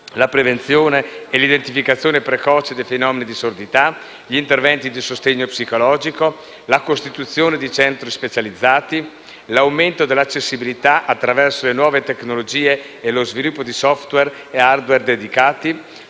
la prevenzione e l'identificazione precoce di fenomeni di sordità; gli interventi di sostegno psicologico; la costituzione di centri specializzati; l'aumento dell'accessibilità attraverso le nuove tecnologie e lo sviluppo di *software* e *hardware* dedicati;